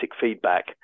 feedback